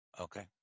Okay